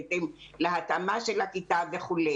בהתאם להתאמה של הכיתה וכו'.